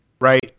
Right